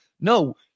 No